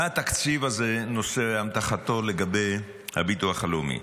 מה התקציב הזה נושא באמתחתו לגבי הביטוח הלאומי.